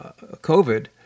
COVID